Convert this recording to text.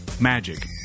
magic